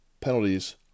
penalties